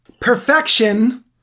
perfection